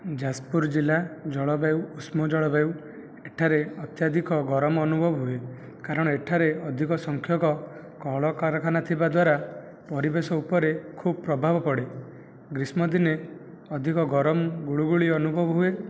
ଯାଜପୁର ଜିଲ୍ଲା ଜଳବାୟୁ ଉଷ୍ମ ଜଳବାୟୁ ଏଠାରେ ଅତ୍ୟାଧିକ ଗରମ ଅନୁଭବ ହୁଏ କାରଣ ଏଠାରେ ଅଧିକ ସଂଖ୍ୟକ କଳକାରଖାନା ଥିବା ଦ୍ୱାରା ପରିବେଶ ଉପରେ ଖୁବ ପ୍ରଭାବ ପଡ଼େ ଗ୍ରୀଷ୍ମ ଦିନେ ଅଧିକ ଗରମ ଗୁଳୁଗୁଳି ଅନୁଭବ ହୁଏ